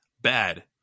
bad